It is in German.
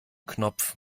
knopf